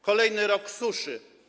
Kolejny rok suszy.